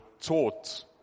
taught